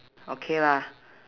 okay lah